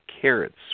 carrots